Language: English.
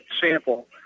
sample